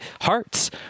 hearts